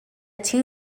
two